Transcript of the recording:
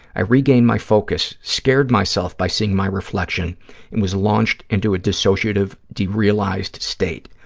i regained my focus, scared myself by seeing my reflection, and was launched into a dissociative, derealized state.